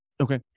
Okay